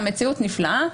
והמציאות נפלאה.